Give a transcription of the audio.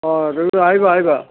অঁ তুমি আহিবা আহিবা